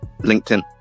LinkedIn